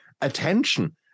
attention